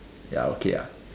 ya okay ah